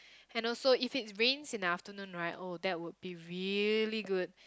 and also if it rains in the afternoon right oh that would be really good